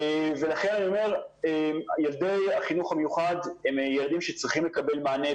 אני אומר שילדי החינוך המיוחד הם ילדים שצריכים לקבל מענה,